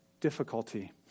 difficulty